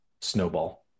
snowball